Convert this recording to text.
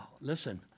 listen